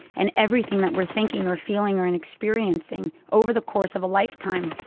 and everything that we're thinking or feeling or and experiencing over the course of a lifetime,